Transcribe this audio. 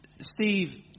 Steve